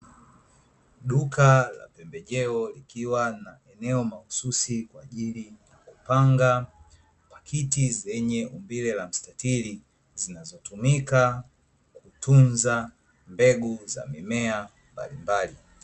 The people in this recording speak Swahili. Duka la pembejeo, likiwa na maeneo mahususi kwa ajili ya kupanga pakiti zenye umbile la mstatiri, zinazotumika kutunza mbegu za mimea mbalimbali.